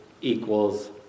equals